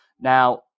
Now